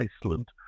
Iceland